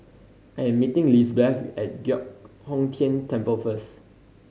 I'm meeting Lisbeth at Giok Hong Tian Temple first